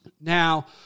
Now